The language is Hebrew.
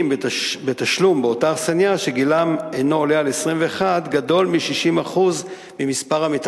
בתשלום באותה אכסניה שגילם אינו עולה על 21 גדול מ-60% מהמתאכסנים,